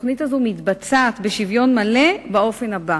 התוכנית הזאת מתבצעת בשוויון מלא באופן הבא,